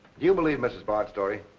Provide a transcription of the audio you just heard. you believe mrs. bard's story?